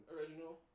Original